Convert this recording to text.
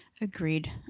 agreed